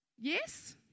Yes